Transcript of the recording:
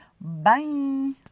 Bye